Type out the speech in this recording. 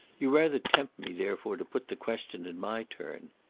you rather tempt me therefore to put the question in my turn.